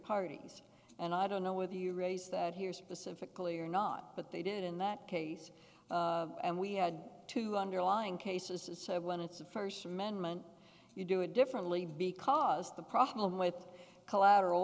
parties and i don't know whether you raise that here specifically or not but they did in that case and we had two underlying cases that said when it's a first amendment you do it differently because the problem with collateral